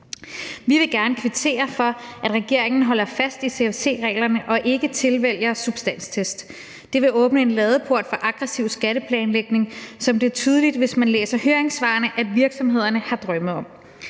Vi vil gerne kvittere for, at regeringen holder fast i CFC-reglerne og ikke tilvælger substanstest. Det ville åbne en ladeport for aggressiv skatteplanlægning, som det er tydeligt, hvis man læser høringssvarene, at virksomhederne har drømme om.